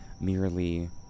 merely